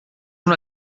una